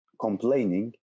complaining